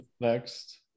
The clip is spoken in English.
next